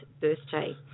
birthday